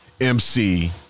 MC